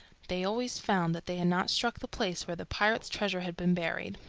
they always found that they had not struck the place where the pirate's treasure had been buried.